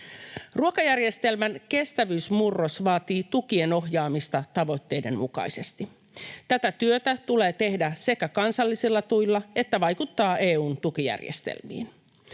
Ruokajärjestelmän kestävyysmurros vaatii tukien ohjaamista tavoitteiden mukaisesti. Tätä työtä tulee tehdä sekä kansallisilla tuilla että vaikuttamalla EU:n tukijärjestelmiin.